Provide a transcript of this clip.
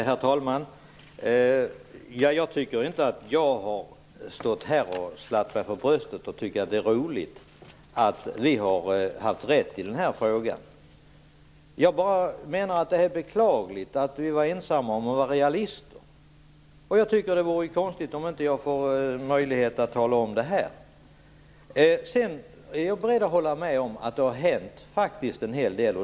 Herr talman! Jag tycker inte att jag har slagit mig för bröstet och tyckt att det är roligt att vi har fått rätt i den här frågan. Jag menar bara att det är beklagligt att vi har varit ensamma om att vara realister. Det vore konstigt om jag inte fick möjlighet att tala om det här. Sedan är jag beredd att hålla med om att det faktiskt har hänt en hel del.